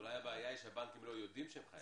אולי הבנקים לא יודעים שהוא חייל.